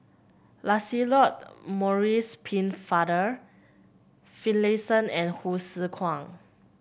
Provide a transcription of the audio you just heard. Lancelot Maurice Pennefather Finlayson and Hsu Tse Kwang